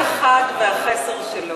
כל אחד והחסר שלו.